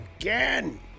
again